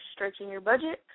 StretchingYourBudget